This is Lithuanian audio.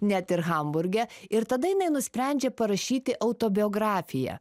net ir hamburge ir tada jinai nusprendžia parašyti autobiografiją